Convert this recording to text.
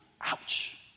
ouch